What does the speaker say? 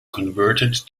converted